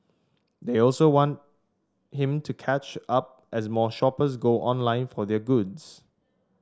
they also want him to catch up as more shoppers go online for their goods